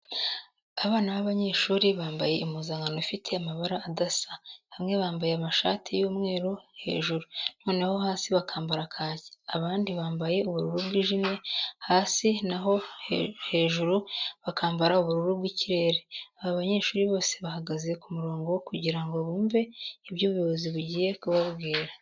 Abana b'abanyeshuri bambaye impuzankano ifite amabara adasa, bamwe bambaye amashati y'umweru hejuru, noneho hasi bakambara kaki, abandi bambaye ubururu bwijimye hasi, na ho hejuru bakambara ubururu bw'ikirere. Aba banyeshuri bose bahagaze ku murongo kugira ngo bumve ibyo ubuyobozi bugiye kubabwira.